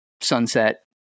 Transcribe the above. sunset